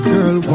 Girl